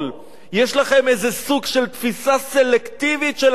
יש לכם איזה סוג של תפיסה סלקטיבית של המציאות?